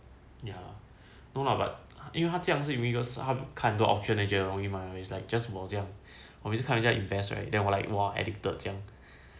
ya no lah but 因为他这样子他看很多 auction 觉得很容易嘛 it's like just 我这样我每次看人家 invest right then like !wah! addicted 这样